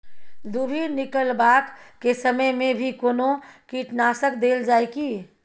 दुभी निकलबाक के समय मे भी कोनो कीटनाशक देल जाय की?